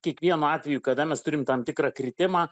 kiekvienu atveju kada mes turim tam tikrą kritimą